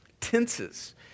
tenses